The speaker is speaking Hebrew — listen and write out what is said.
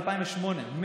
בשנת 2008,